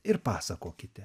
ir pasakokite